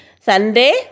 Sunday